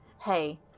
hey